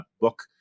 book